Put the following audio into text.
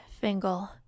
Fingal